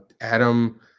Adam